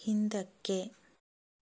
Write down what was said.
ಹಿಂದಕ್ಕೆ